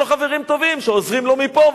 יש לו חברים טובים שעוזרים לו מפה,